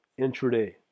intraday